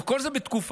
כל זה בתקופה,